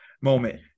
moment